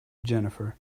jennifer